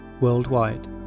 worldwide